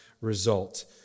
result